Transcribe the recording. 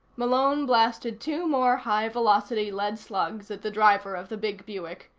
malone blasted two more high-velocity lead slugs at the driver of the big buick,